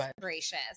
gracious